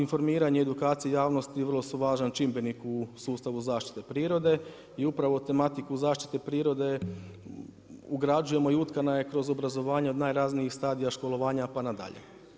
Informiranje, edukacija javnosti vrlo su važan čimbenik u sustavu zaštite prirode i upravo tematiku zaštite prirode ugrađujemo i utkana je kroz obrazovanje od najranijih stadija školovanja, pa na dalje.